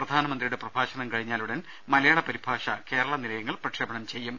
പ്രധാനമന്ത്രിയുടെ പ്രഭാഷണം കഴിഞ്ഞാലുടൻ മലയാള പരിഭാഷ കേരള നിലയങ്ങൾ പ്രക്ഷേപണം ചെയ്യും